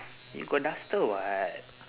you got duster [what]